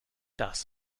das